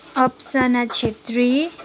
Apsana Chhetri